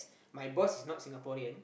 my boss is not Singaporean